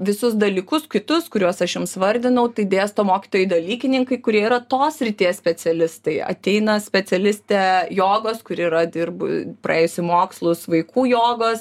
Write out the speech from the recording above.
visus dalykus kitus kuriuos aš jums vardinau tai dėsto mokytojai dalykininkai kurie yra tos srities specialistai ateina specialistė jogos kuri yra dirbu praėjusi mokslus vaikų jogos